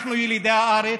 אנחנו ילידי הארץ,